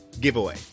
giveaway